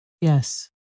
Yes